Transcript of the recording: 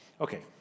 Okay